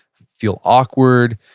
feel awkward.